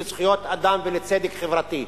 לזכויות אדם ולצדק חברתי,